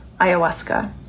ayahuasca